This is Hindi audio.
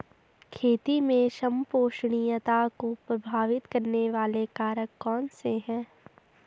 खेती में संपोषणीयता को प्रभावित करने वाले कारक कौन से हैं?